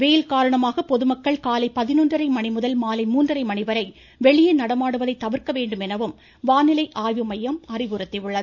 வெயில் காரணமாக பொதுமக்கள் காலை பதினொன்றரை மணிமுதல் மாலை மூன்றரை மணிவரை வெளியே நடமாடுவதை தவிர்க்க வேண்டும் எனவும் வானிலை ஆய்வு மையம் அறிவுறுத்தியுள்ளது